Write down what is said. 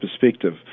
perspective